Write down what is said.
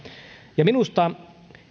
ja minusta